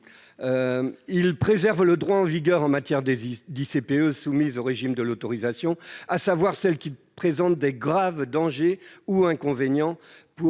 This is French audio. à préserver le droit en vigueur applicable aux ICPE soumises au régime de l'autorisation, à savoir celles qui présentent de graves dangers ou inconvénients